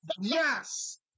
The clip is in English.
Yes